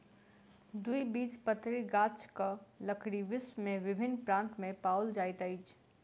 द्विबीजपत्री गाछक लकड़ी विश्व के विभिन्न प्रान्त में पाओल जाइत अछि